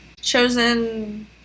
chosen